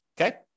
Okay